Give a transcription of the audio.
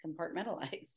compartmentalized